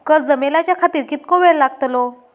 कर्ज मेलाच्या खातिर कीतको वेळ लागतलो?